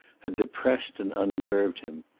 had depressed and unnerved him.